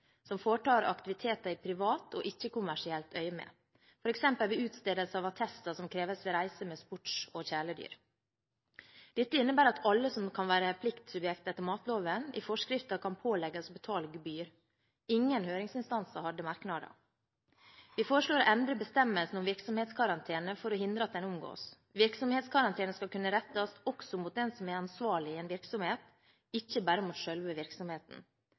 som foretar aktiviteter i privat og ikke-kommersielt øyemed, f.eks. ved utstedelse av attester som kreves ved reiser med sports- og kjæledyr. Dette innebærer at alle som kan være pliktsubjekt etter matloven, i forskrifter kan pålegges å betale gebyr. Ingen høringsinstanser hadde merknader. Vi foreslår å endre bestemmelsen om virksomhetskarantene for å hindre at den omgås. Virksomhetskarantene skal kunne rettes også mot den som er ansvarlig i en virksomhet, ikke bare mot selve virksomheten.